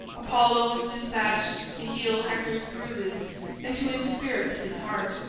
apollo was despatched to heal hector's bruises and to inspirit his heart.